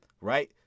Right